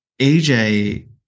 AJ